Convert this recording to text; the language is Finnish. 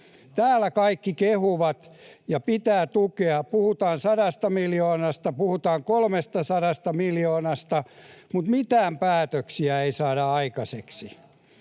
Täällä kaikki kehuvat, ja pitää tukea — puhutaan 100 miljoonasta, puhutaan 300 miljoonasta, mutta mitään päätöksiä ei saada aikaiseksi.